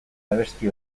abesti